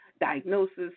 diagnosis